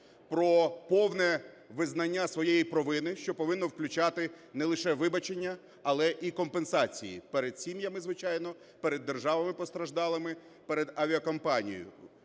про повне визнання своєї провини, що повинно включати не лише вибачення, але і компенсації перед сім'ями, звичайно, перед державами постраждалими, перед авіакомпанією.